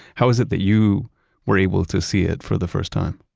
how is it that you were able to see it for the first time?